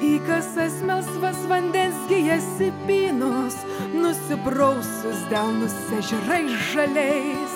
į kasas melsvas vandens gijas įpynus nusiprausus delnus ežerais žaliais